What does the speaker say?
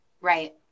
Right